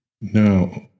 Now